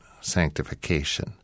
sanctification